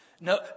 No